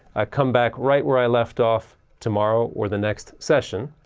i come back right where i left off tomorrow or the next session.